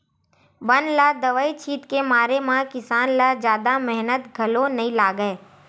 बन ल दवई छित के मारे म किसान ल जादा मेहनत घलो नइ लागय